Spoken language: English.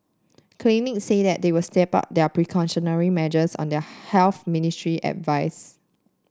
clinics said they will step up their precautionary measures on their Health Ministry's advice